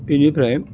बेनिफ्राय